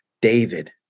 David